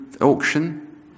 Auction